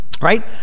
right